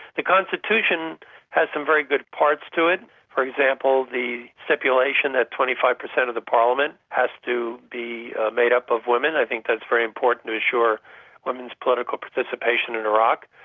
the constitution had some very good parts to it for example, the stipulation that twenty five per cent of the parliament has to be made up of women i think that's very important to ensure women's political participation in iraq.